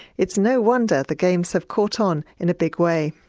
it's no wonder the games have caught on in a big way.